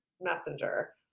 messenger